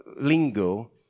lingo